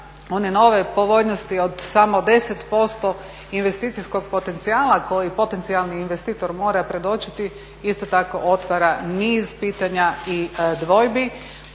one nove povoljnosti od samo 10% investicijskog potencijala koji potencijalni investitor mora predočiti isto tako otvara niz pitanja i dvojbi.